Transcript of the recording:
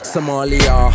Somalia